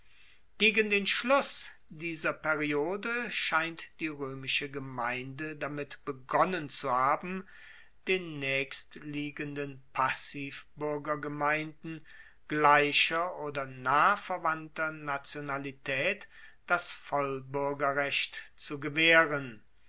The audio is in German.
gegen den schluss dieser periode scheint die roemische gemeinde damit begonnen zu haben den naechstliegenden passivbuergergemeinden gleicher oder nah verwandter nationalitaet das vollbuergerrecht zu gewaehren